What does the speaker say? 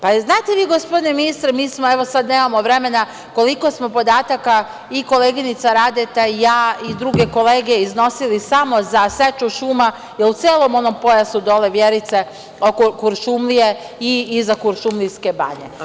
Da li znate vi, gospodine ministre, sad nemamo vremena, koliko smo podataka i koleginica Radeta i ja i druge kolege iznosili samo za seču šuma i u celom onom pojasu dole, Vjerice, oko Kuršumlije i iza Kuršumlijske Banje.